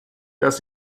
dass